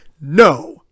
no